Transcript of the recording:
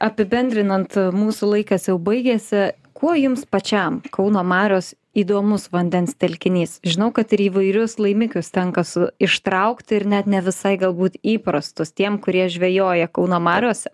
apibendrinant mūsų laikas jau baigėsi kuo jums pačiam kauno marios įdomus vandens telkinys žinau kad ir įvairius laimikius tenka ištraukti ir net ne visai galbūt įprastus tiem kurie žvejoja kauno mariose